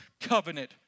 covenant